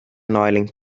neuling